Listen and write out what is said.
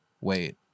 wait